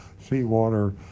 seawater